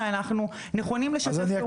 ואנחנו נכונים לשתף פעולה.